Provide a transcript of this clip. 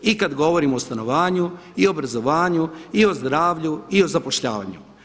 I kada govorimo o stanovanju i obrazovanju i o zdravlju i o zapošljavanju.